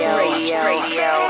radio